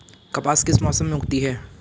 कपास किस मौसम में उगती है?